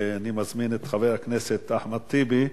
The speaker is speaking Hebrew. אני מזמין את חבר הכנסת אחמד טיבי.